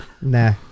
Nah